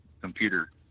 computer